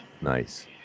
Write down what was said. Nice